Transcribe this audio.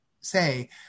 say